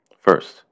First